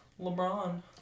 LeBron